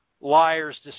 liars